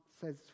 says